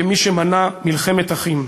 כמי שמנע מלחמת אחים.